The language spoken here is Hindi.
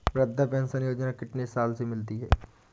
वृद्धा पेंशन योजना कितनी साल से मिलती है?